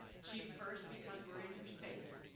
she's first because we're in her space.